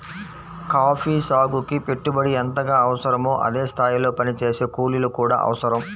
coffee సాగుకి పెట్టుబడి ఎంతగా అవసరమో అదే స్థాయిలో పనిచేసే కూలీలు కూడా అవసరం